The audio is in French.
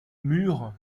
murs